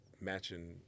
matching